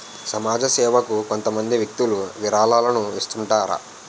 సమాజ సేవకు కొంతమంది వ్యక్తులు విరాళాలను ఇస్తుంటారు